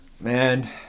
Man